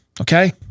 Okay